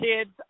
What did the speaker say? kids